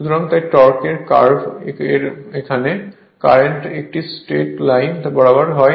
সুতরাং তাই টর্কের কার্ভ এর এখানে কারেন্ট একটি স্ট্রেট লাইন বরাবর হয়